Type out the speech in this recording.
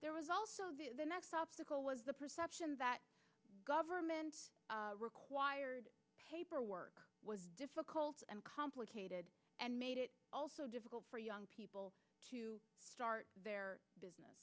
there was also the next obstacle was the perception that government required paperwork was difficult and complicated and made it also difficult for young people to start their business